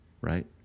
right